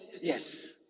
Yes